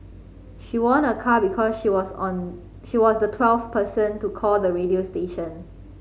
she won a car because she was on she was the twelfth person to call the radio station